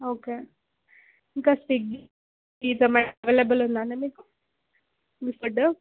okay ఇంకా Swiggy Zomato available ఉందండి మీకు మీ ఫుడ్డు